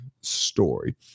story